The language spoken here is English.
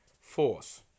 Force